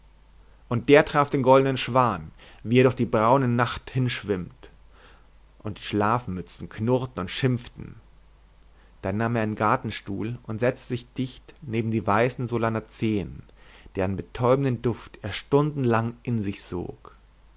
und der traf den goldenen schwan wie er durch die braune nacht hinschwimmt und die schlafmützen knurrten und schimpften dann nahm er einen gartenstuhl und setzte sich dicht neben die weißen solanazeen deren betäubenden duft er stundenlang in sich sog